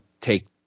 take